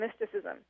mysticism